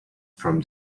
from